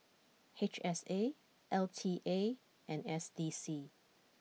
H S A L T A and S D C